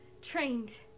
trained